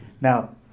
Now